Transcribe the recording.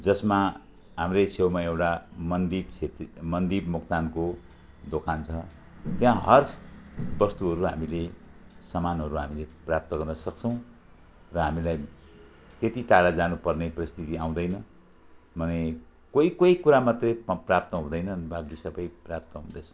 यसमा हाम्रै छेउमा एउटा मनदीप छेत्री मनदीप मोक्तानको दोकान छ त्यहाँ हर वस्तुहरू हामीले सामानहरू हामीले प्राप्त गर्न सक्छौँ र हामीलाई त्यति टाडा जानु पर्ने परिस्थिति आउँदैन माने कोही कोही कुरा मात्र प्राप्त हुँदैनन् बाँकी सबै प्राप्त हुँदछ